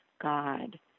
God